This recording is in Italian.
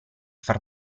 far